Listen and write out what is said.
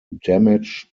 damage